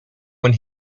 when